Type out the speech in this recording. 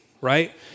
right